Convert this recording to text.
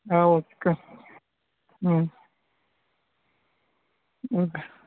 okay okay